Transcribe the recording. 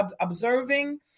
observing